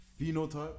phenotype